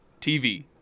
TV